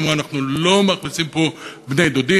אמרו, אנחנו לא מכניסים פה בני-דודים.